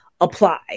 apply